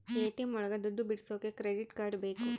ATM ಒಳಗ ದುಡ್ಡು ಬಿಡಿಸೋಕೆ ಕ್ರೆಡಿಟ್ ಕಾರ್ಡ್ ಬೇಕು